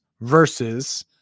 versus